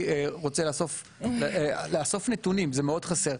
לאסוף נתונים, זה מאוד חסר.